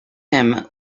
him